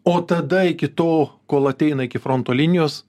o tada iki tol kol ateina iki fronto linijos